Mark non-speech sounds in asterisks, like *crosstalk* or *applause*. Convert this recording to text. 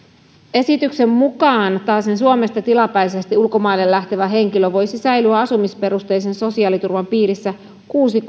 esityksen mukaan taasen suomesta tilapäisesti ulkomaille lähtevä henkilö voisi säilyä asumisperusteisen sosiaaliturvan piirissä kuusi *unintelligible*